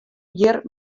hjir